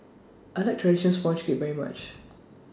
I like Traditional Sponge Cake very much